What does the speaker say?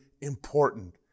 important